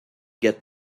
get